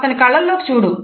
అతని కళ్ళల్లోకి చూడు